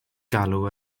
galw